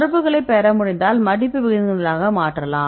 தொடர்புகளைப் பெற முடிந்தால் மடிப்பு விகிதங்களாக மாற்றலாம்